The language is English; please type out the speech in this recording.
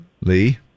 Lee